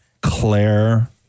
Claire